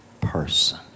person